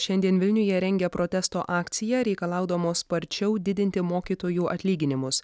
šiandien vilniuje rengia protesto akciją reikalaudamos sparčiau didinti mokytojų atlyginimus